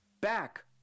back